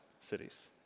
cities